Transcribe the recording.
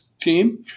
team